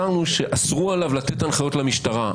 אסרו עליו לתת הנחיות למשטרה,